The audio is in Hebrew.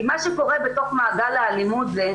כי מה שקורה בתוך מעגל האלימות זה,